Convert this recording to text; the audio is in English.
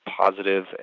positive